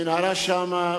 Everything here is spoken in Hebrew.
המנהרה שם,